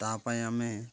ତା' ପାଇଁ ଆମେ